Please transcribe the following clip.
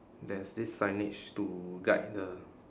there is this signage to guide the